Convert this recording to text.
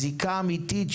זיקה אמיתית,